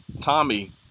Tommy